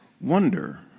wonder